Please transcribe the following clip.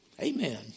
Amen